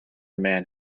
man